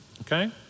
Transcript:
okay